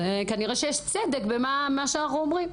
אז, כנראה, יש צדק במה שאנחנו אומרים.